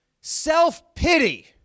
Self-pity